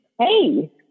Hey